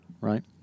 right